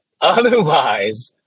otherwise